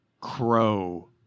Crow